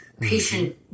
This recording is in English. patient